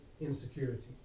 insecurity